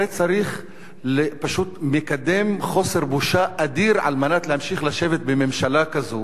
הרי צריך פשוט מקדם חוסר בושה אדיר כדי להמשיך לשבת בממשלה כזאת,